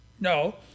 No